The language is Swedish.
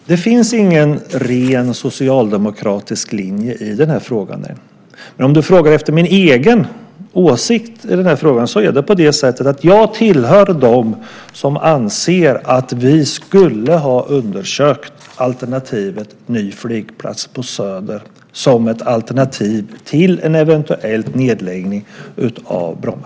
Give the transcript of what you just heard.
Fru talman! Det finns ingen ren socialdemokratisk linje i den här frågan. Men om du frågar efter min egen åsikt i denna fråga är det på det sättet att jag tillhör dem som anser att vi skulle ha undersökt alternativet en ny flygplats på Söder som ett alternativ till en eventuell nedläggning av Bromma.